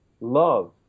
love